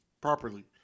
properly